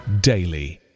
daily